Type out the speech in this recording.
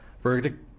verdict